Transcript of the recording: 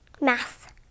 Math